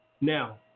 Now